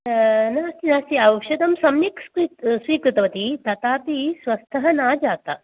नास्ति नास्ति औषधं सम्यक् स्वि स्वीकृतवति ततापि स्वस्तः न जाता